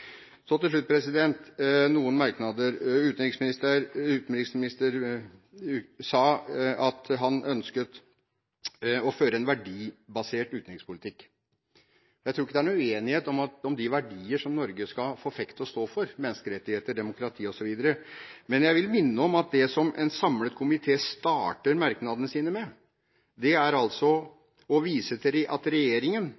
Så til slutt noen merknader. Utenriksministeren sa at han ønsket å føre en verdibasert utenrikspolitikk. Jeg tror ikke det er noen uenighet om de verdier som Norge skal forfekte og stå for, menneskerettigheter, demokrati osv., men jeg vil minne om det som en samlet komité starter merknadene sine med: